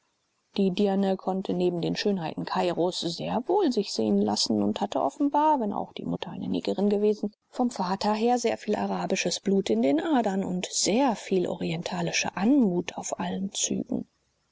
die dirne konnte neben den schönheiten kairos sehr wohl sich sehen lassen und hatte offenbar wenn auch die mutter eine negerin gewesen vom vater her sehr viel arabisches blut in den adern und sehr viel orientalische anmut auf allen zügen